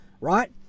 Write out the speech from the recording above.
right